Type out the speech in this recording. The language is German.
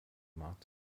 markt